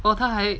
!wow! 他还